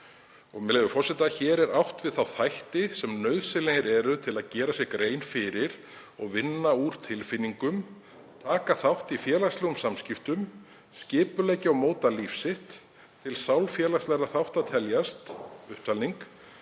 með leyfi forseta: „Hér er átt við þá þætti sem nauðsynlegir eru til að gera sér grein fyrir og vinna úr tilfinningum, taka þátt í félagslegum samskiptum, skipuleggja og móta líf sitt. Til sálfélagslegra þátta teljast: Sálrænir